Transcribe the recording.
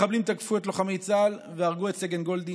מחבלים תקפו את לוחמי צה"ל והרגו את סגן גולדין,